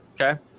Okay